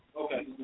Okay